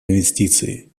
инвестиции